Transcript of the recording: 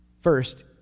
First